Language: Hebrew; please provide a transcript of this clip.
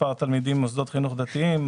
מספר תלמידים במוסדות החינוך הדתיים,